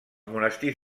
monestirs